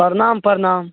प्रणाम प्रणाम